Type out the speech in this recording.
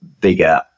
bigger